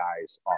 guys